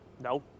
No